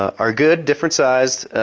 are good, different sized.